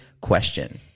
question